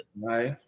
Right